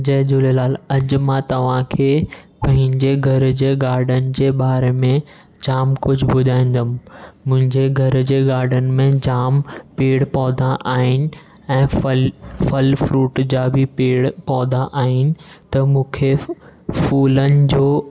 जय झूलेलाल अजु मां तव्हांखे पंहिंजे घर जे गाडन जे बारे में जाम कुझु ॿुधाईंदुमि मुंहिंजे घर जे गाडन में जाम पेड़ पौधा आहिनि ऐं फल फल फ्रूट जा बि पेड़ पौधा आहिनि त मूंखे फूलनि जो